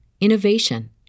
innovation